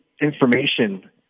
information